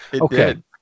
Okay